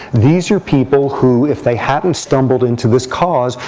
these are people who, if they hadn't stumbled into this cause,